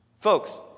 Folks